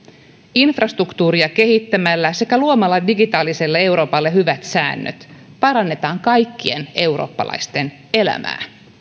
infrastruktuuria kehittämällä sekä luomalla digitaaliselle euroopalle hyvät säännöt parannetaan kaikkien eurooppalaisten elämää